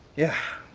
yeah.